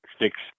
six